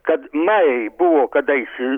kad majai buvo kadaise